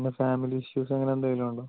പിന്നെ family issues അങ്ങനെയെന്തെങ്കിലുമുണ്ടോ